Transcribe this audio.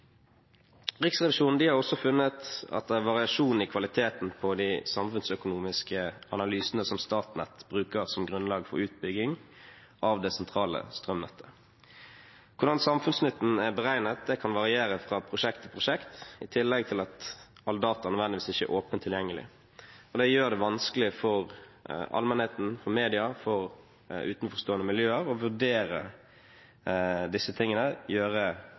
Riksrevisjonen har også funnet at det er variasjon i kvaliteten på de samfunnsøkonomiske analysene som Statnett bruker som grunnlag for utbygging av det sentrale strømnettet. Hvordan samfunnsnytten er beregnet kan variere fra prosjekt til prosjekt, i tillegg til at all data nødvendigvis ikke er åpent tilgjengelig. Det gjør det vanskelig for allmennheten, for media og for utenforstående miljøer å vurdere disse tingene